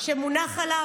שמונח עליו.